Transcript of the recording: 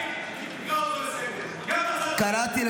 כל אחד שייקרא קריאת ביניים,